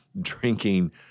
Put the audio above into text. drinking